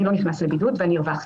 אני לא נכנס לבידוד ואני הרווחתי.